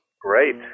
Great